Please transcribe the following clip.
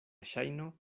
ŝajno